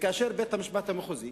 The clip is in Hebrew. כאשר בית-המשפט המחוזי